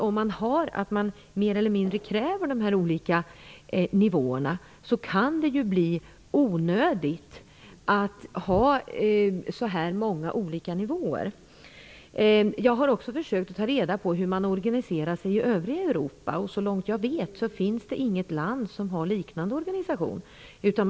Om man mer eller mindre kräver att få behålla alla dessa nivåer, kan nivåerna bli onödigt många. Jag har försökt ta reda på hur man organiserar sig i det övriga Europa, och så långt jag vet finns det där inte något land som har en liknande organisation.